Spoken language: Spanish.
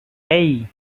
hey